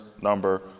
number